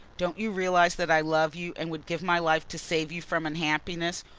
don't you realise that i love you and would give my life to save you from unhappiness?